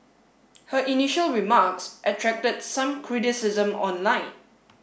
her initial remarks attracted some criticism online